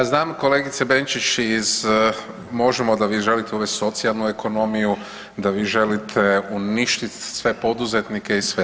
Pa znam kolegice Benčić iz Možemo da vi želite uvesti socijalnu ekonomiju, da vi želite uništiti sve poduzetnike i sve.